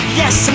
yes